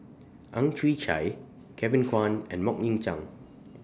Ang Chwee Chai Kevin Kwan and Mok Ying Jang